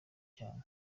cyane